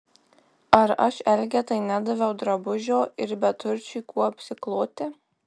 ar aš elgetai nedaviau drabužio ir beturčiui kuo apsikloti